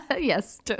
Yes